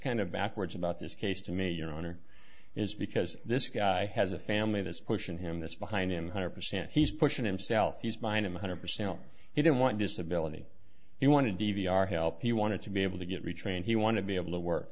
kind of backwards about this case to me your honor is because this guy has a family that's pushing him this behind him hundred percent he's pushing himself he's mine i'm one hundred percent he didn't want disability he wanted d v r help he wanted to be able to get retrained he want to be able to work